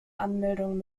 anmeldung